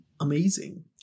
amazing